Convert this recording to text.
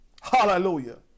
Hallelujah